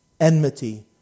enmity